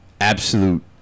absolute